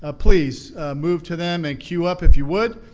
ah please move to them and queue up if you would.